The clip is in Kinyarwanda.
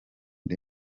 the